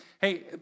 hey